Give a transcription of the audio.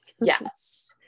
Yes